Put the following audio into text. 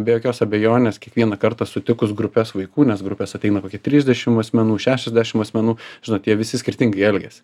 be jokios abejonės kiekvieną kartą sutikus grupes vaikų nes grupės ateina kokie trisdešim asmenų šešiasdešim asmenų žinot jie visi skirtingai elgiasi